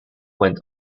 went